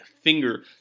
finger